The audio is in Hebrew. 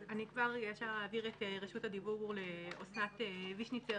אבקש להעביר את רשות הדיבור לאסנת וישניצר